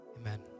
amen